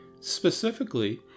Specifically